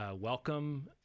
welcome